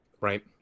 Right